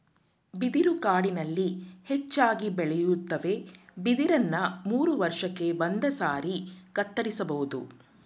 ಬಿದಿರು ಕಾಡಿನಲ್ಲಿ ಹೆಚ್ಚಾಗಿ ಬೆಳೆಯುತ್ವೆ ಬಿದಿರನ್ನ ಮೂರುವರ್ಷಕ್ಕೆ ಒಂದ್ಸಾರಿ ಕತ್ತರಿಸ್ಬೋದು